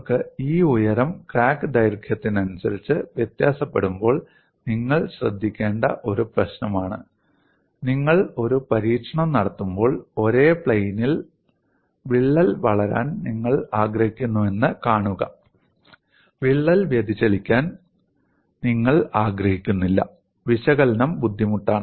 നിങ്ങൾക്ക് ഈ ഉയരം ക്രാക്ക് ദൈർഘ്യത്തിനനുസരിച്ച് വ്യത്യാസപ്പെടുമ്പോൾ നിങ്ങൾ ശ്രദ്ധിക്കേണ്ട ഒരു പ്രശ്നമാണ് നിങ്ങൾ ഒരു പരീക്ഷണം നടത്തുമ്പോൾ ഒരേ പ്ലൈനിൽ തലം വിള്ളൽ വളരാൻ നിങ്ങൾ ആഗ്രഹിക്കുന്നുവെന്ന് കാണുക വിള്ളൽ വ്യതിചലിക്കാൻ നിങ്ങൾ ആഗ്രഹിക്കുന്നില്ല വിശകലനം ബുദ്ധിമുട്ടാണ്